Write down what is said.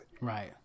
Right